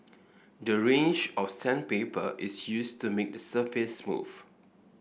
the range of sandpaper is used to make the surface smooth